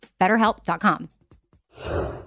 BetterHelp.com